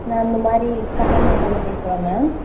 ma'am இந்த மாதிரி கண்டனூர்லந்து பேசறேன் மேம்